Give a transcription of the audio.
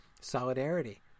Solidarity